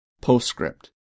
Postscript